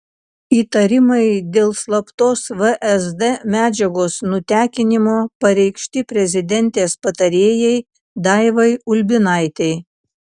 įtarimai dėl slaptos vsd medžiagos nutekinimo pareikšti prezidentės patarėjai daivai ulbinaitei